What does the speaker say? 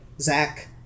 Zach